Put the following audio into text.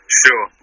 sure